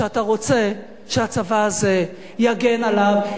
שאתה רוצה שהצבא הזה יגן עליו?